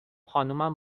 خانمم